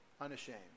unashamed